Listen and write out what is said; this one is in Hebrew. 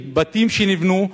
בתים שנבנו,